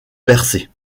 percé